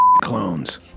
clones